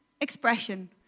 expression